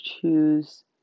choose